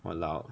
!walao!